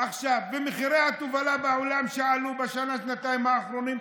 ומחירי התובלה בעולם, שעלו בשנה-שנתיים האחרונות,